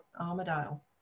Armadale